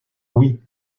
oui